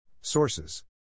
Sources